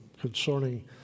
concerning